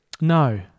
No